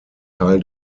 teil